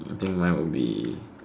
I think mine will be